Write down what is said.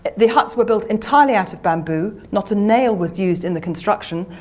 the huts were built entirely out of bamboo, not a nail was used in the construction,